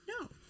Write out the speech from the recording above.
No